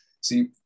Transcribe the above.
See